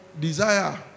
desire